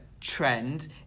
trend